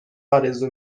آرزو